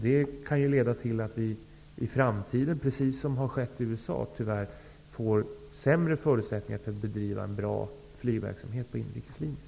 Det kan leda till att vi i framtiden, precis som i USA, får sämre förutsättningar att bedriva en bra flygverksamhet på inrikeslinjerna.